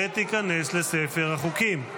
ותיכנס לספר החוקים.